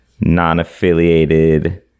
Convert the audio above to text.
non-affiliated